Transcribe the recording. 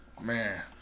man